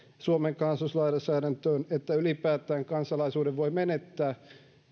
suomen kansalaisuuslainsäädäntöön että ylipäätään kansalaisuuden voi menettää